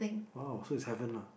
!wow! so is heaven lah